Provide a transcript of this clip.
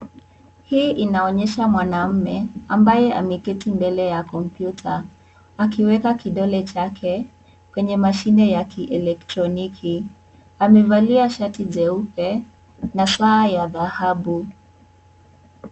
Hii inaonyesha mwanaume, ambaye ameketi mbele ya kompyuta akiweka kidole chake kwenye mashine ya kielektroniki. Amevalia shati jeupe na saa ya dhahabu